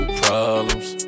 problems